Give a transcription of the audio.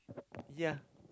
yeah